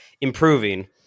improving